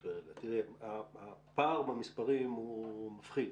הפער במספרים הוא מפחיד.